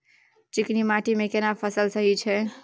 चिकनी माटी मे केना फसल सही छै?